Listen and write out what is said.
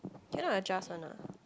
cannot adjust one ah